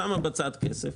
היא שמה בצד כסף.